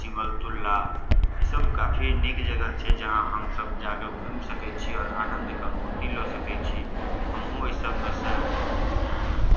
सिमलतुल्ला ईसब काफी नीक जगह छै जहाँ हमसब जाके घुमि सकै छी आओर आनन्दके अनुभूति लऽ सकै छी हमहुँ एहिसबमे सऽ